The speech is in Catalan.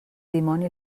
dimoni